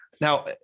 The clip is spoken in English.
Now